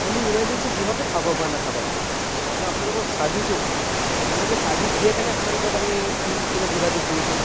নহয় মোৰ ইমাৰ্জেঞ্চী যিহতে থাকক বা নেথাকক ন আপোনালোকক ছাৰ্ভিছ আপোনালোকে ছাৰ্ভিছ দিয়ে কাৰনে আপোনালোকক আমি ফোন ফোনত যোগাযোগ কৰিছোঁ